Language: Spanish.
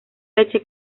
leche